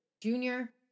junior